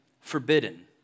forbidden